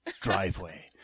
driveway